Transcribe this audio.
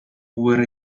where